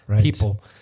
people